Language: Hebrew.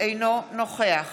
אינו נוכח